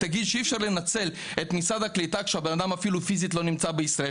אי אפשר לנצל את משרד הקליטה כשהאדם אפילו לא נמצא פיזית בישראל.